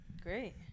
Great